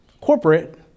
corporate